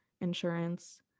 insurance